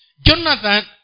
Jonathan